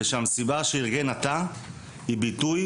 ושהמסיבה שארגן התא היא ביטוי,